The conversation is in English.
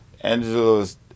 Angelo's